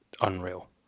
unreal